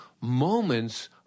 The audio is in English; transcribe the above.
moments